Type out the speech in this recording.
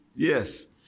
Yes